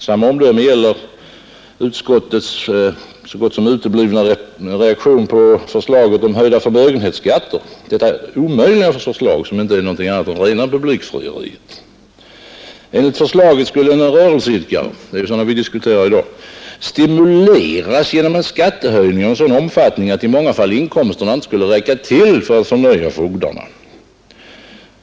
Samma omdöme gäller utskottets så gott som uteblivna reaktion på förslaget om höjda förmögenhetsskatter — detta omöjliga förslag som inte är någonting annat än rena publikfrieriet. Enligt förslaget skulle en rörelseidkare — och det är ju sådana vi diskuterar i dag — stimuleras genom en skattehöjning av en sådan omfattning att i många fall inte inkomsterna skulle räcka till för att förnöja fogdarna.